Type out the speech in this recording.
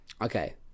Okay